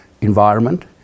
environment